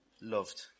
loved